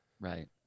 Right